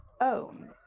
own